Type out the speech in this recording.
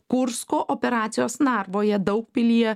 kursko operacijos narvoje daugpilyje